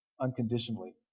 unconditionally